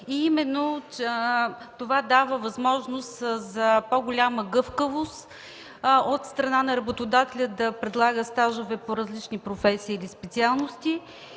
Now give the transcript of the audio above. и именно това дава възможност за по-голяма гъвкавост от страна на работодателя да предлага стажове по различни професии или специалности.